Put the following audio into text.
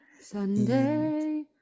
Sunday